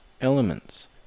elements